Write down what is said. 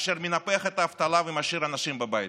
אשר מנפח את האבטלה ומשאיר את האנשים בבית.